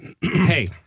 Hey